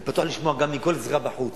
אני פתוח לשמוע גם מכל אזרח בחוץ,